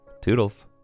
Toodles